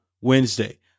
Wednesday